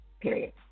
period